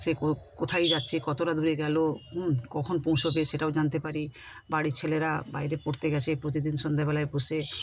সে কোথায় যাচ্ছে কতটা দূরে গেল কখন পৌঁছাবে সেটাও জানতে পারি বাড়ির ছেলেরা বাইরে পড়তে গেছে প্রতিদিন সন্ধ্যাবেলায় বসে